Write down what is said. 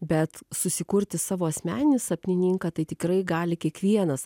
bet susikurti savo asmeninį sapnininką tai tikrai gali kiekvienas